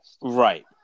Right